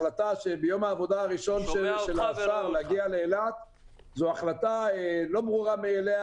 ההחלטה שביום העבודה הראשון של השר להגיע לאילת זאת החלטה לא ברורה מאליה